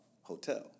hotel